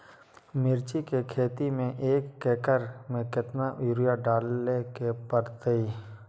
मिर्च के खेती में एक एकर में कितना यूरिया डाले के परतई?